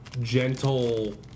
gentle